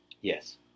Yes